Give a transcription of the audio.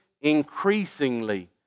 increasingly